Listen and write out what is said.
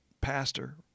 pastor